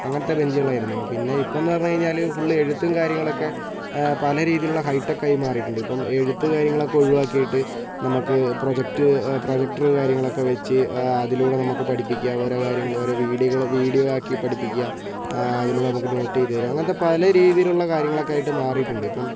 അങ്ങനത്തെ ബെഞ്ചുകൾ ആയിരുന്നു പിന്നെ ഇപ്പോൾ പറഞ്ഞു കഴിഞ്ഞാല് ഫുൾ എഴുത്തും കാര്യങ്ങളൊക്കെ പല രീതിയിലുള്ള ഹൈടെക് ആയി മാറിയിട്ടുണ്ട് ഇപ്പോൾ എഴുത്ത് കാര്യങ്ങളൊക്കെ ഒഴിവാക്കിയിട്ട് നമുക്ക് പ്രോജക്ട് പ്രൊജക്ടർ കാര്യങ്ങളൊക്കെ വെച്ച് അതിലൂടെ നമുക്ക് പഠിപ്പിക്കാം ഓരോ കാര്യങ്ങൾ ഓരോ വീഡിയോകള് വീഡിയോ ആക്കി പഠിപ്പിക്കുക അതിലൂടെ നമുക്ക് നോട്ട് ചെയ്ത് തരുക അങ്ങനത്തെ പല രീതിയിലുള്ള കാര്യങ്ങളൊക്കെയായിട്ട് മാറിയിട്ടുണ്ട് ഇപ്പോൾ